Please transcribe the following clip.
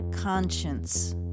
conscience